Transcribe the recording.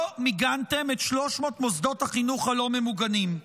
לא מיגנתם את 300 מוסדות החינוך הלא-ממוגנים?